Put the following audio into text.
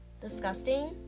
disgusting